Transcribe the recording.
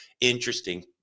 interesting